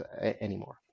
anymore